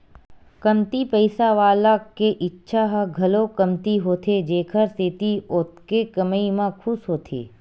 कमती पइसा वाला के इच्छा ह घलो कमती होथे जेखर सेती ओतके कमई म खुस होथे